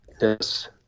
Yes